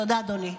תודה, אדוני.